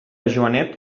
joanet